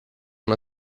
una